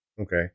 Okay